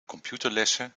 computerlessen